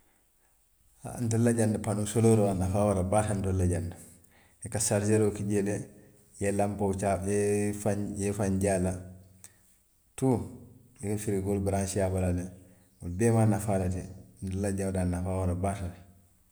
Haa ntelu la jaŋ de panoo soleeroo a nafaa wara baata ntelu la jaŋ ne, i ka sariseeroo ki jee le, i ye lanpoo ke i ye i faŋ je a la, tuu i ye firikoolu baransee a bala le, wolu bee mu a nafaa le ti, ntelu la jaŋ a nafaa wara baata le